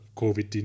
covid